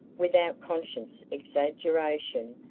without conscious exaggeration,